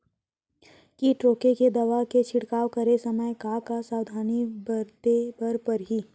किट रोके के दवा के छिड़काव करे समय, का का सावधानी बरते बर परही?